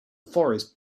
forest